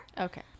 Okay